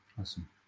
Awesome